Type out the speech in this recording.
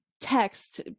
text